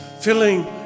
filling